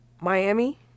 Miami